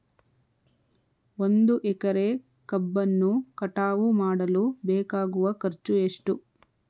ಒಂದು ಎಕರೆ ಕಬ್ಬನ್ನು ಕಟಾವು ಮಾಡಲು ಬೇಕಾಗುವ ಖರ್ಚು ಎಷ್ಟು?